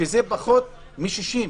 שזה פחות מ-60.